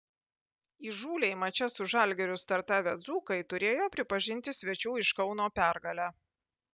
įžūliai mače su žalgiriu startavę dzūkai turėjo pripažinti svečių iš kauno pergalę